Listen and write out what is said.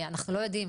אנחנו לא יודעים,